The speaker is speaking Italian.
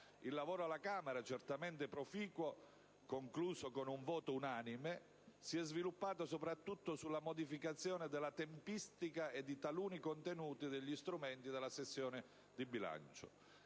Il lavoro alla Camera, certamente proficuo, concluso con un voto unanime, si è sviluppato soprattutto sulla modificazione della tempistica e di taluni contenuti degli strumenti della sessione di bilancio,